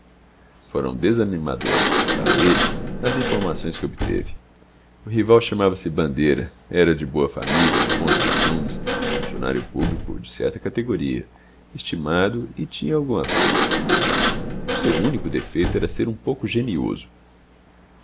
quebra esquinas foram desanimadoras para ele as informações que obteve o rival chamava-se bandeira era de boa família de bons costumes funcionário público de certa categoria estimado e tinha alguma coisa o seu único defeito era ser um pouco genioso